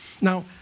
Now